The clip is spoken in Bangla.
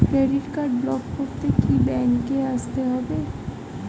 ক্রেডিট কার্ড ব্লক করতে কি ব্যাংকে আসতে হবে?